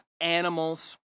animals